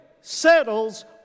settles